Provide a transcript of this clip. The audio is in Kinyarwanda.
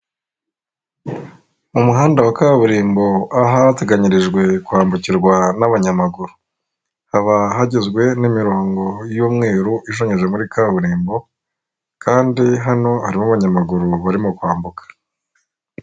Mu muhanda wa kaburimbo ahateganyirijwe kwambukirwa n'abanyamaguru, haba hagizwe n'imirongo y'umweru ishushanyije muri kaburimbo kandi hano harimo abanyamaguru barimo kwambuka.